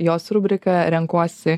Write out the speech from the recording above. jos rubrika renkuosi